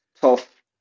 tough